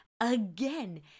again